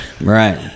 right